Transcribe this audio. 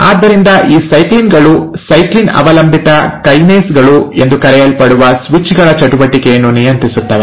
ಆದ್ದರಿಂದ ಈ ಸೈಕ್ಲಿನ್ ಗಳು ಸೈಕ್ಲಿನ್ ಅವಲಂಬಿತ ಕೈನೇಸ್ ಗಳು ಎಂದು ಕರೆಯಲ್ಪಡುವ ಸ್ವಿಚ್ ಗಳ ಚಟುವಟಿಕೆಯನ್ನು ನಿಯಂತ್ರಿಸುತ್ತವೆ